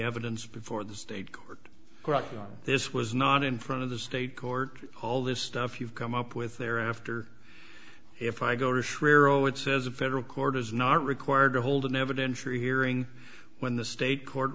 evidence before the state court this was not in front of the state court all this stuff you've come up with thereafter if i go to shrink it says a federal court is not required to hold an evidentiary hearing when the state court